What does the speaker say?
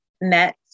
Met